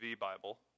Bible